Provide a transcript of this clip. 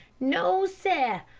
no, seh!